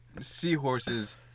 seahorses